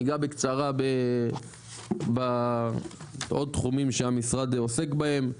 אני אגע בקצרה בעוד תחומים שהמשרד עוסק בהם,